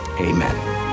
amen